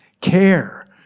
care